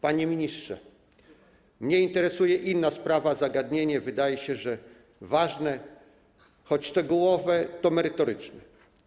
Panie ministrze, mnie interesuje inna sprawa, zagadnienie, wydaje się, ważne - choć szczegółowe, to merytoryczne.